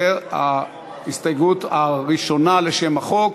זו ההסתייגות הראשונה לשם החוק.